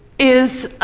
is,